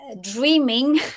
dreaming